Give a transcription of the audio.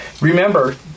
Remember